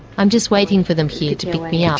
i am just waiting for them here to pick me up.